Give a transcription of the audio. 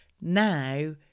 Now